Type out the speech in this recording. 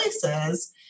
places